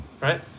right